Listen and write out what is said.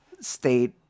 state